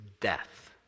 death